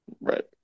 Right